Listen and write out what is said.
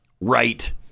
Right